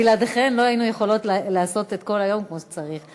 בלעדיכן לא היינו יכולות לעשות את כל היום כמו שצריך.